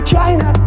China